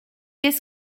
qu’est